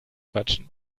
quatschen